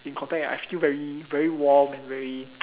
in contact I feel very very warm very